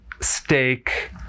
steak